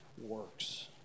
works